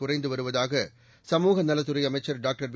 குறைந்து வருவதாக சமூகநலத்துறை அமைச்சர் டாக்டர் வெ